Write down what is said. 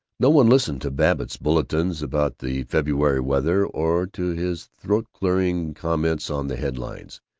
no one listened to babbitt's bulletins about the february weather or to his throat-clearing comments on the headlines.